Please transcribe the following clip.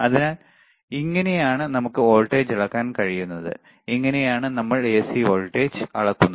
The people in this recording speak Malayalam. അതിനാൽ ഇങ്ങനെയാണ് നമുക്ക് വോൾട്ടേജ് അളക്കാൻ കഴിയുന്നത് ഇങ്ങനെയാണ് നമ്മൾ എസി വോൾട്ടേജ് അളക്കുന്നത്